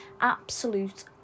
absolute